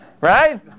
Right